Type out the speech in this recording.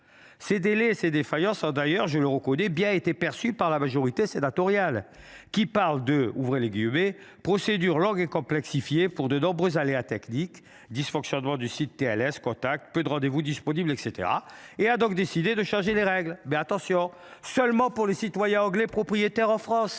Ces délais et ces défaillances ont d’ailleurs été bien perçus, je le reconnais, par la majorité sénatoriale, qui évoque une « procédure longue et complexifiée par de nombreux aléas techniques – dysfonctionnement du site TLS contact, peu de rendez vous disponibles, etc. –» et a donc décidé de changer les règles, mais – attention !– seulement pour les citoyens anglais propriétaires en France